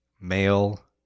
male